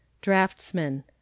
Draftsman